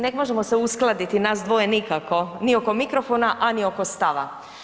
Ne možemo se uskladiti nas dvoje nikako, ni oko mikrofona, a ni oko stava.